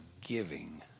giving